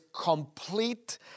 complete